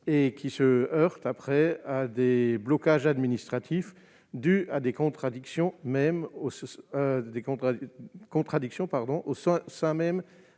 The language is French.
et qui se heurtent après à des blocages administratifs du à des contradictions même